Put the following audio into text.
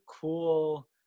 cool